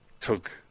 took